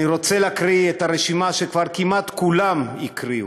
אני רוצה להקריא את הרשימה שכבר כמעט כולם הקריאו,